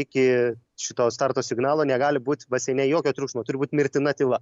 iki šito starto signalo negali būt baseine jokio triukšmo turi būt mirtina tyla